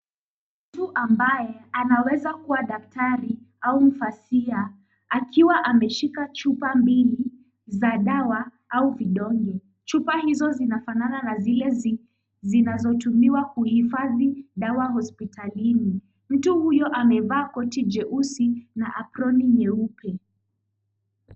Mtu ambaye anaweza kuwa daktari au mfasiha, akiwa ameshika chupa mbili za dawa au vidonge. Chupa hizo zinafanana na zile zinazotumiwa kuhifadhi dawa hosipitalini. Mtu huyo amevaa koti jeusi na aproni nyeupe.